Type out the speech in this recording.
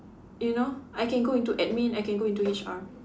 you know I can go into admin I can go into H_R